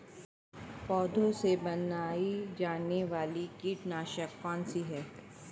पौधों से बनाई जाने वाली कीटनाशक कौन सी है?